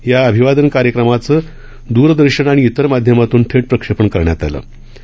या अभिवादन कार्याक्रमाचं दूरदर्शन आणि अन्य माध्यमातून थे प्रक्षेपण करण्यात आलं होतं